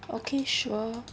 okay sure